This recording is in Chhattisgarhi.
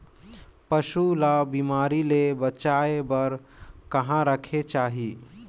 पशु ला बिमारी ले बचाय बार कहा रखे चाही?